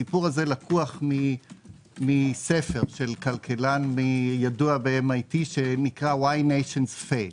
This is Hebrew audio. לקוח מספר של כלכלן ידוע ב-MIT שנקרא why nations fail.